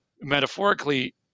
metaphorically